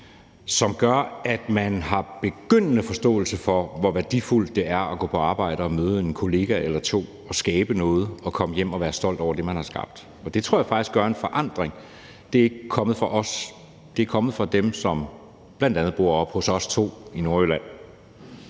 som gør, at man har en begyndende forståelse for, hvor værdifuldt det er at gå på arbejde og møde en kollega eller to og skabe noget og komme hjem og være stolt over det, man har skabt. Det tror jeg faktisk gør en forskel. Det er ikke kommet fra os, det er kommet med fra dem, som bl.a. bor oppe hos os to i